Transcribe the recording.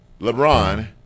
LeBron